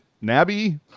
Nabby